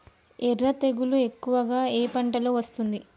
ఎర్ర తెగులు ఎక్కువగా ఏ పంటలో వస్తుంది?